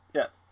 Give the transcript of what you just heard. yes